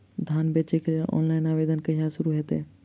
धान बेचै केँ लेल ऑनलाइन आवेदन कहिया शुरू हेतइ?